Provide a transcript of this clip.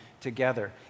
together